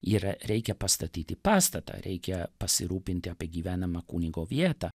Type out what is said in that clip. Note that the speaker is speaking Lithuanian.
ir reikia pastatyti pastatą reikia pasirūpinti apie gyvenamą kunigo vietą